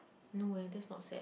no eh that's not sad